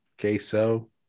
queso